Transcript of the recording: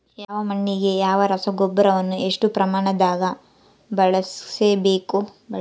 ಯಾವ ಮಣ್ಣಿಗೆ ಯಾವ ರಸಗೊಬ್ಬರವನ್ನು ಎಷ್ಟು ಪ್ರಮಾಣದಾಗ ಬಳಸ್ಬೇಕು?